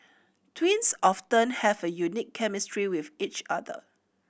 twins often have a unique chemistry with each other